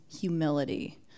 humility